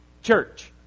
Church